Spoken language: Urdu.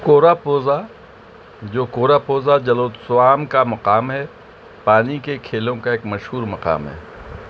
کوراپوزا جو کوراپوزا جلوتسوام کا مقام ہے پانی کے کھیلوں کا ایک مشہور مقام ہے